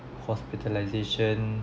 hospitalisation